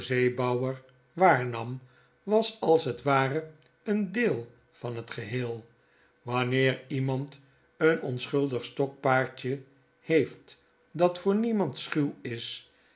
waarnam was als het ware een deel van het geheel wanneer iemand een onschuldig stokpaardje heeft dat voor niemand schuw is